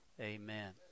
Amen